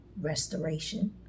Restoration